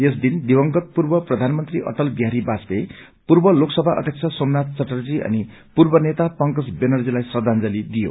यस दिन दिवंगत पूर्व प्रधानमन्त्री अटल बिहारी बाजपेयी पूर्व लोकसभा अध्यक्ष सोमनाथ च्याटर्जी अनि पूर्व नेता पंकज व्यानर्जीलाई श्रखाजलि दिइयो